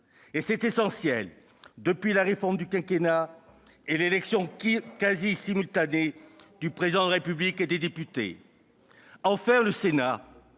C'est essentiel depuis la réforme du quinquennat et l'élection quasi simultanée du Président de la République et des députés. Enfin, grâce